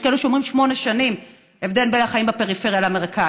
יש כאלה שאומרים שיש שמונה שנים הבדל בין תוחלת החיים בפריפריה למרכז.